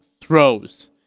throws